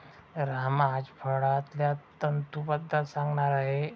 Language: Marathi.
राम आज फळांतल्या तंतूंबद्दल सांगणार आहे